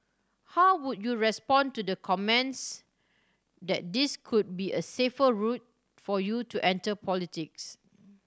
how would you respond to the comments that this could be a safer route for you to enter politics